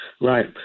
Right